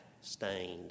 stained